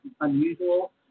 unusual